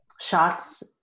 shots